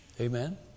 Amen